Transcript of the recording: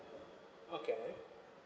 okay